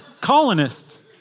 Colonists